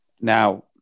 Now